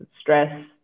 stress